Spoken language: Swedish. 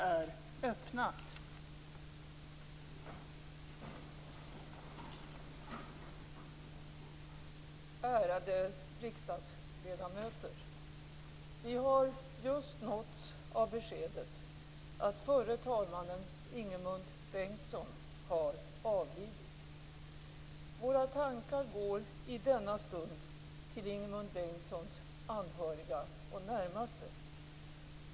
Ärade riksdagsledamöter! Vi har just nåtts av beskedet att förre talmannen Ingemund Bengtsson har avlidit. Våra tankar går i denna stund till Ingemund Bengtssons anhöriga och närmaste.